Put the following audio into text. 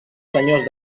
senyors